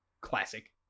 Classic